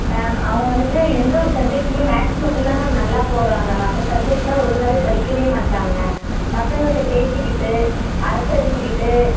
ma'am அவங்க வந்துவிட்டு எந்த ஒரு சப்ஜெக்ட்டுமே மேக்ஸ் மட்டும்தான் மேம் நல்லா போடுறாங்க மற்ற சப்ஜெக்ட்லாம் ஒழுங்காகவே படிக்கவே மாட்டேறாங்க பசங்கள்கிட்ட பேசிக்கிட்டு அரட்டை அடிச்சுக்கிட்டு